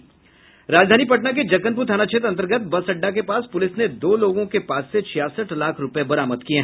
राजधानी पटना के जक्कनपुर थाना क्षेत्र अंतर्गत बस अड्डा के पास पुलिस ने दो लोगों के पास से छियासठ लाख रूपये नकद बरामद किये